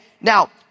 Now